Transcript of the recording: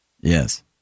Yes